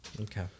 Okay